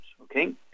okay